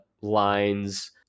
lines